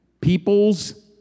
peoples